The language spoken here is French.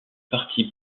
parti